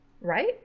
Right